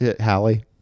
Hallie